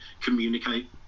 communicate